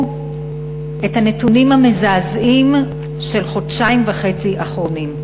את הנתונים המזעזעים של החודשיים וחצי האחרונים: